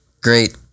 Great